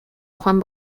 juan